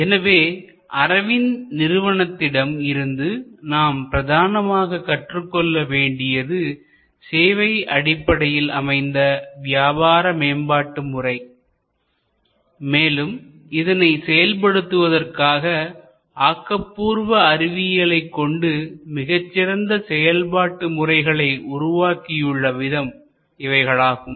எனவே அரவிந்த் நிறுவனத்திடம் இருந்து நாம் பிரதானமாக கற்றுக்கொள்ள வேண்டியது சேவை அடிப்படையில் அமைந்த வியாபார மேம்பாட்டுமுறை மேலும் இதனை செயல்படுத்துவதற்காக ஆக்கப்பூர்வ அறிவியலைக் கொண்டு மிகச்சிறந்த செயல்பாட்டு முறைகளை உருவாக்கியுள்ள விதம் இவைகள் ஆகும்